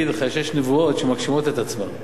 והוא יגיד לך שיש נבואות שמגשימות את עצמן.